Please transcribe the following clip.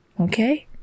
okay